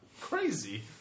crazy